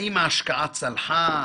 האם ההשקעה צלחה?